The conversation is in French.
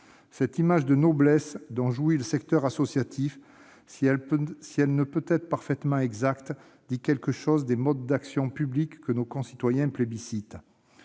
Cette image de noblesse dont jouit ce secteur, si elle ne peut être parfaitement exacte, dit quelque chose des modes d'action publique que nos concitoyens plébiscitent.